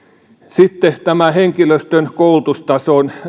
sitten tässä henkilöstön koulutustason